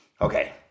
okay